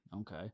Okay